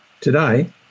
today